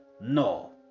No